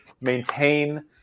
maintain